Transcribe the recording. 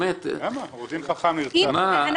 מה, עורך דין יורם חכם נרצח בזמנו.